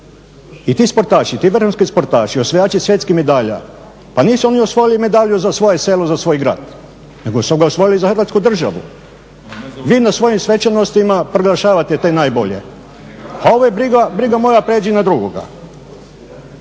i ti sportaši, ti vrhunski sportaši, osvajači svjetskih medalja, pa nisu oni osvojili medalju za svoje selo, za svoj grad nego su za osvojili za Hrvatsku državu. Vi na svojim svečanostima proglašavate te najbolje a ovo je briga moja prijeđi na drugoga.